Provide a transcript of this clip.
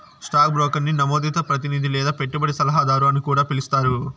stock బ్రోకర్ని నమోదిత ప్రతినిది లేదా పెట్టుబడి సలహాదారు అని కూడా పిలిస్తారు